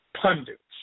pundits